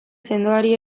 sendoari